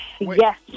Yes